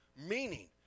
Meaning